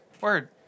Word